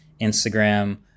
Instagram